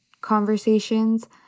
conversations